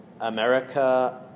America